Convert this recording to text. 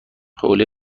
حوله